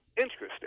interesting